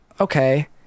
Okay